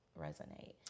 resonate